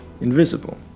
invisible